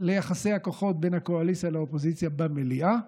ליחסי הכוחות בין הקואליציה לאופוזיציה במליאה,